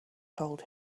told